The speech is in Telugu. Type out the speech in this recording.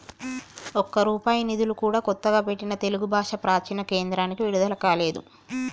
ఒక్క రూపాయి నిధులు కూడా కొత్తగా పెట్టిన తెలుగు భాషా ప్రాచీన కేంద్రానికి విడుదల కాలేదు